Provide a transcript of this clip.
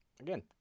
Again